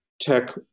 tech